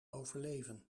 overleven